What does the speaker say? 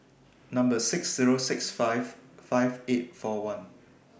Number six Zero six five five eight four one